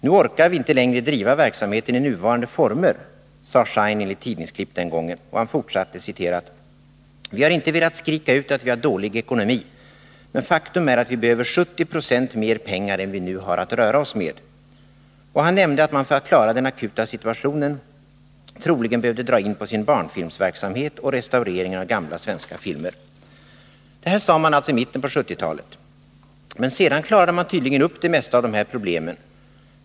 Nu orkar vi inte längre driva verksamheten i nuvarande former.” Han fortsatte: ”Vi har inte velat skrika ut att vi har dålig ekonomi men faktum är att vi behöver 70 90 mer pengar än vi nu har att röra oss med.” Och han nämnde att man för att klara den akuta situationen troligen behövde dra in på sin barnfilmsverksamhet och restaureringen av gamla svenska filmer. Det här sade man alltså i mitten av 1970-talet. Men sedan klarade man tydligen upp det mesta av de här problemen.